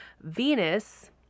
Venus